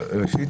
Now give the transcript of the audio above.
ראשית,